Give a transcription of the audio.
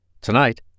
Tonight